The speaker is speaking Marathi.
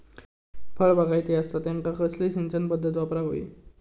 फळबागायती असता त्यांका कसली सिंचन पदधत वापराक होई?